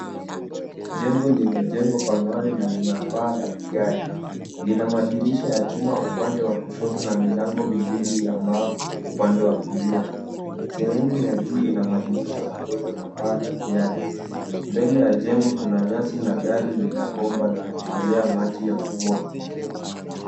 Jengo limejengwa ka mawe na lina paa la vigae. Lina madirisha ya chuma upande wa kushoto na milango miwili ya mbao upande wa kulia. Sehemu ya juu ina madirisha madogo na paa la ziada. Mbele ya jengo kuna nyasi na dari lina bomba la kutolea maji ya mvua.